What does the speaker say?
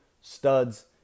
studs